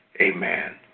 amen